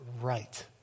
Right